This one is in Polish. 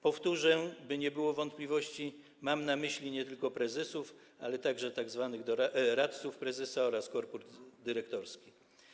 Powtórzę, by nie było wątpliwości, mam na myśli nie tylko prezesów, ale także tzw. radców prezesa oraz korpus dyrektorski.